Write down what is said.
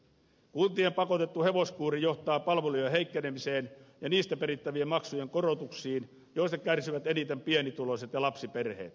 kuntien pakotettu hevoskuuri johtaa palvelujen heikkenemiseen ja niistä perittävien maksujen korotuksiin joista kärsivät eniten pienituloiset ja lapsiperheet